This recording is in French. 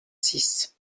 six